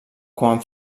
quan